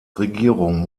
regierung